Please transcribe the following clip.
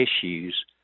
issues